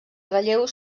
relleus